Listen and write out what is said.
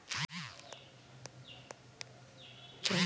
যন্ত্রের দ্বারা চাষাবাদে মাটির কি গুণমান কিছু নষ্ট হতে পারে?